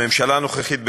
הממשלה הנוכחית,